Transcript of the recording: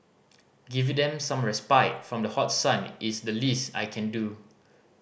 giving them some respite from the hot sun is the least I can do